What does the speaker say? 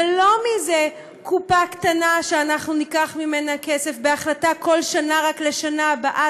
ולא מאיזה קופה קטנה שאנחנו ניקח ממנה כסף בהחלטה כל שנה רק לשנה הבאה.